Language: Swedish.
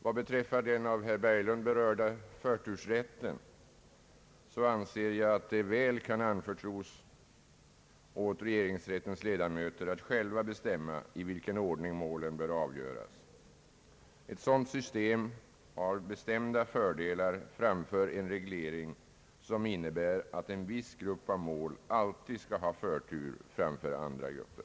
Vad beträffar den av herr Berglund berörda förtursrätten anser jag att det väl kan anförtros åt regeringsrättens ledamöter att själva bestämma i vilken ordning målen bör avgöras. Ett sådant system har bestämda fördelar framför en reglering, som innebär att en viss grupp av mål alltid skall ha förtur framför andra grupper.